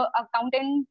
accountant